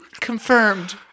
confirmed